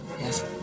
Yes